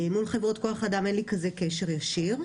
מול חברות כוח האדם אין לי כזה קשר ישיר,